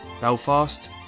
Belfast